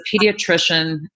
pediatrician